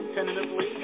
Tentatively